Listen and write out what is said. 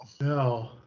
no